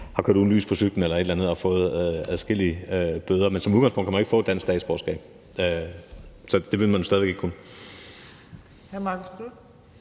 har kørt uden lys på cyklen eller lignende og fået adskillige bøder. Men som udgangspunkt kan man ikke få dansk statsborgerskab. Det vil man jo stadig væk ikke kunne.